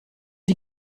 die